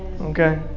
Okay